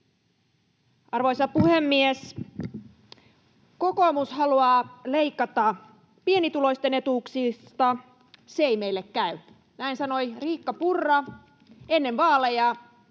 Arvoisa puhemies! ”Kokoomus haluaa leikata pienituloisten etuuksista — se ei meille käy.” Näin sanoi Riikka Purra ennen vaaleja.